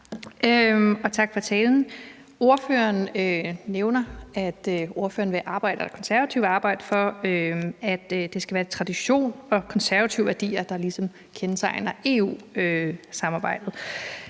og tak for talen. Ordføreren nævner, at ordføreren og Konservative vil arbejde for, at det skal være tradition og konservative værdier, der ligesom kendetegner EU-samarbejdet,